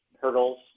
hurdles